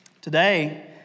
Today